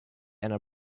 under